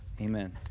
Amen